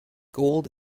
gold